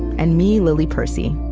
and me, lily percy.